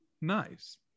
Nice